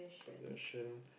possession